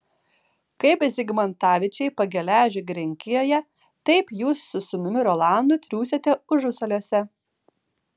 kaip zigmantavičiai pageležių girininkijoje taip jūs su sūnumi rolandu triūsiate užusaliuose